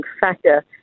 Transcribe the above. factor